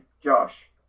Josh